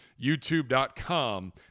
youtube.com